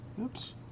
Oops